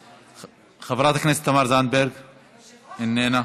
חברת הכנסת תמר זנדברג, איננה.